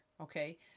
okay